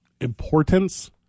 importance